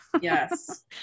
yes